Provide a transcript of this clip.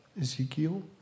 Ezekiel